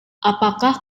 apakah